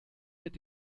mit